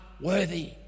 worthy